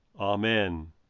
Amen